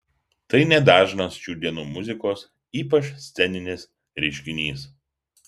tai nedažnas šių dienų muzikos ypač sceninės reiškinys